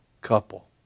couple